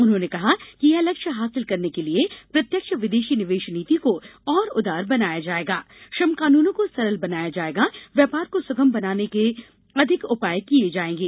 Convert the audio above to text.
उन्होंने कहा कि यह लक्ष्य हासिल करने के लिए प्रत्यक्ष विदेशी निवेश नीति को और उदार बनाया जाएगा श्रम कानूनों को सरल बनाया जाएगा व्यापार को सुगम बनाने के अधिक उपाय किए जाएंगे